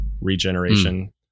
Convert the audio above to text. regeneration